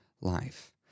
life